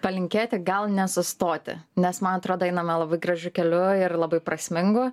palinkėti gal nesustoti nes man atrodo einame labai gražiu keliu ir labai prasmingu